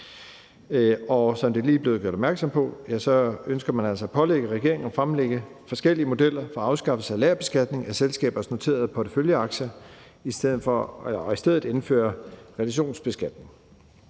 Som det lige er blevet nævnt, ønsker man altså at pålægge regeringen at fremlægge forskellige modeller for afskaffelse af lagerbeskatning af selskabers noterede porteføljeaktier og i stedet indføre realisationsbeskatning.